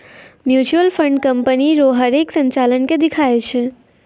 mutual fund company रो हरेक संचालन के दिखाय छै